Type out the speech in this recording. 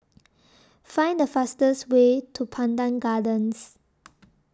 Find The fastest Way to Pandan Gardens